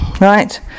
Right